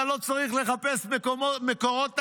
אתה לא צריך לחפש מקורות תקציביים.